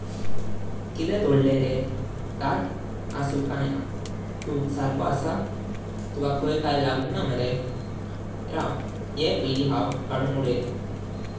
किदे तोडले रे? तात, आसु काई ना। तु सर्खो आसा? तुका खाय काय लागुंका मारे? राव येह पाळी हाव कडून उडयता।